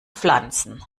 pflanzen